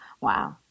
wow